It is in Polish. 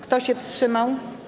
Kto się wstrzymał?